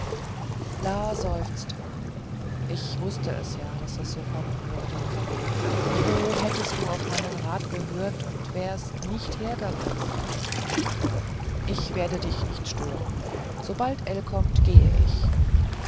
seufzte ich wußte es ja daß es so kommen würde oh hättest du auf meinen rat gehört und wärest nicht hergereist ich werde dich nicht stören sobald ell kommt gehe ich